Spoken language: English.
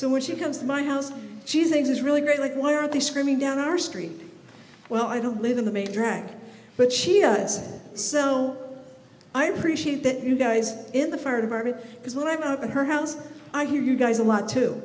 so when she comes to my house she thinks is really great like why are they screaming down our street well i don't live in the main drag but she does so i appreciate that you guys in the fire department because whatever her house i hear you guys a lot too